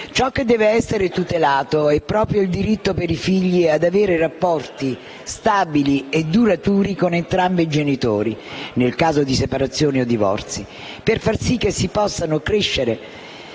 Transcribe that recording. Ciò che deve essere tutelato è proprio il diritto per i figli ad avere rapporti stabili e duraturi con entrambi i genitori - nel caso di separazioni o divorzi - per far sì che possano crescere